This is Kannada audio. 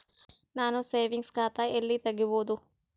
ನಾನು ಸೇವಿಂಗ್ಸ್ ಖಾತಾ ಎಲ್ಲಿ ತಗಿಬೋದು?